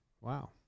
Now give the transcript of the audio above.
Wow